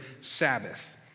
Sabbath